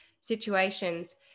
situations